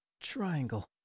triangle